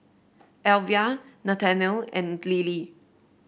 Elvia Nathanial and Lily